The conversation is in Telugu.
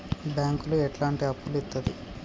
బ్యాంకులు ఎట్లాంటి అప్పులు ఇత్తది?